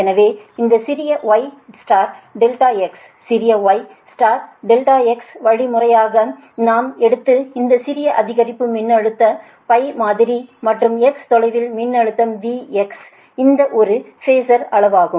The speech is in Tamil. எனவே இந்த சிறிய Y Δx சிறிய Y Δx வழிமுறையாக நாம் எடுத்துஇந்த சிறிய அதிகரிப்பு மின்னழுத்தத்தைத் π மாதிரி மற்றும் x தொலைவில் மின்னழுத்தம் V இந்த ஒரு ஃபேஸர் அளவாகும்